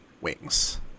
wings